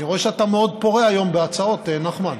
אני רואה שאתה מאוד פורה היום בהצעות, נחמן.